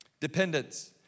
Dependence